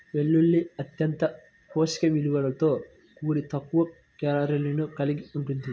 వెల్లుల్లి అత్యంత పోషక విలువలతో కూడి తక్కువ కేలరీలను కలిగి ఉంటుంది